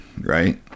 right